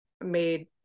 made